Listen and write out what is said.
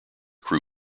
crew